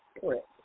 Correct